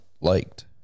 liked